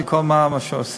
כל מה שעושים,